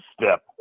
step